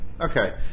Okay